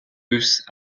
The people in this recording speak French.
russe